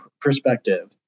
perspective